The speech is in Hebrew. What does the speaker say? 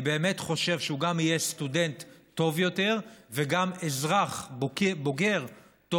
אני באמת חושב שהוא גם יהיה סטודנט טוב יותר וגם אזרח בוגר טוב